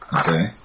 Okay